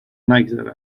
نگذره